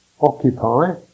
occupy